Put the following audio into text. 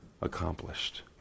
accomplished